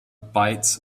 bites